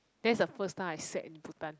that's the first time I sat in bhutan